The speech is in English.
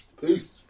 Peace